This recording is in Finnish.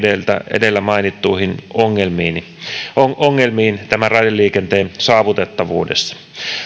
edellä mainittuihin ongelmiin raideliikenteen saavutettavuudessa